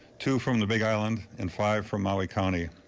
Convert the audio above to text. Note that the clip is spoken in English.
two from the big island and five from maui county.